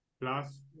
plus